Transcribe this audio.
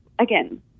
again